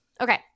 Okay